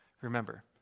Remember